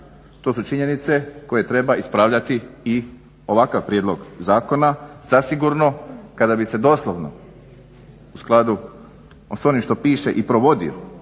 To su činjenice koje treba ispravljati i ovakav prijedlog zakona. Zasigurno kada bi se doslovno u skladu sa onim što piše i provodio